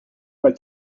pas